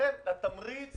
לכן התמריץ